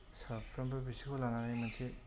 साफ्रोमबो बिसोरखौ लानानै मोनसे